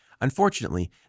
Unfortunately